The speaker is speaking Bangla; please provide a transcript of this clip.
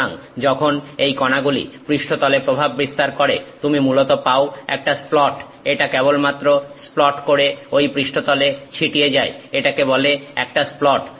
সুতরাং যখন এই কণাগুলি পৃষ্ঠতলে প্রভাবে বিস্তার করে তুমি মূলত পাও একটা স্প্লট এটা কেবলমাত্র স্প্লট করে ঐ পৃষ্ঠতলে ছিটিয়ে যায় এটাকে বলে একটা স্প্লট